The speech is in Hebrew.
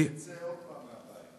אבל שיצא עוד פעם מהבית.